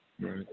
Right